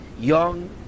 young